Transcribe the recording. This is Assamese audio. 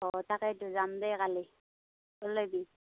অঁ তাকেইতো যাম দে কালি ওলাবি